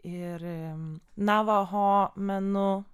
ir navo ho menu